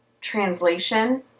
translation